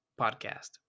podcast